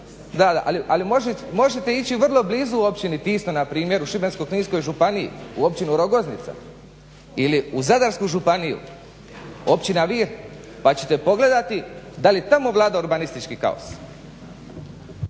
ali možete ići vrlo blizu općini Tisno, npr. u Šibensko-kninskoj županiji, u općinu Rogoznica ili u Zadarsku županiju, općina Vir pa ćete pogledati da li tamo vlada urbanistički kaos.